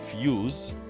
fuse